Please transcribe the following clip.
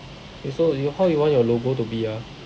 okay so you how you want your logo to be ah